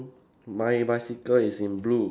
my bicycle is in blue